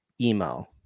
emo